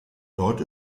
dort